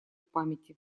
памяти